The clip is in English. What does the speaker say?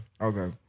Okay